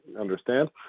understand